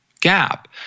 gap